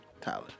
Tyler